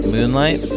Moonlight